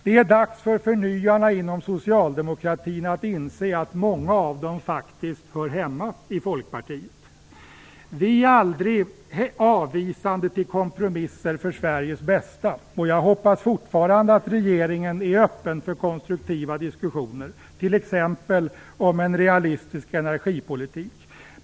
Det är dags för förnyarna inom socialdemokratin att inse att många av dem faktiskt hör hemma i Folkpartiet. Vi är aldrig avvisande till kompromisser för Sveriges bästa, och jag hoppas fortfarande att regeringen är öppen för konstruktiva diskussioner, t.ex. om en realistisk energipolitik.